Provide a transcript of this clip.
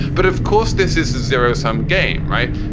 but of course, this is a zero sum game, right?